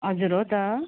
हजुर हो त